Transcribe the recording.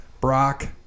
Brock